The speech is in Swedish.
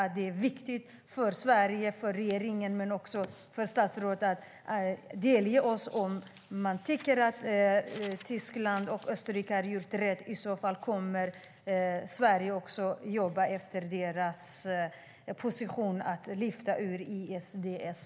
Men det är viktigt att regeringen och statsrådet delger oss om man tycker att Tyskland och Österrike har gjort rätt. Kommer Sverige i så fall att jobba efter deras position och lyfta ut ISDS?